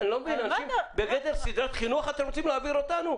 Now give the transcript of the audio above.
אתם רוצים להעביר אותנו סדרת חינוך?